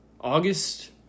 August